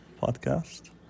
podcast